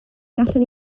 gallwn